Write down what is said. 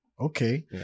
Okay